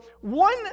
one